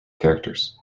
characters